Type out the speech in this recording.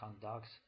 conducts